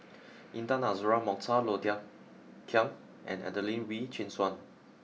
Intan Azura Mokhtar Low Thia Khiang and Adelene Wee Chin Suan